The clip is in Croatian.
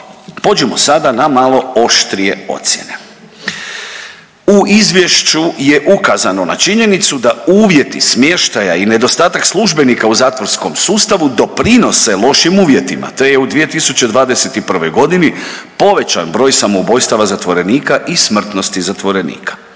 pođimo sada na malo oštrije ocjene. U izvješću je ukazano na činjenicu da uvjeti smještaja i nedostatak službenika u zatvorskom sustavu doprinose lošim uvjetima te je u 2021. godini povećan broj samoubojstava zatvorenika i smrtnosti zatvorenika.